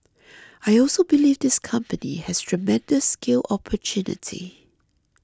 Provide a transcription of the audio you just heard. I also believe this company has tremendous scale opportunity